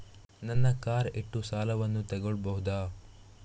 ನನ್ನ ಕಾರ್ ಇಟ್ಟು ಸಾಲವನ್ನು ತಗೋಳ್ಬಹುದಾ?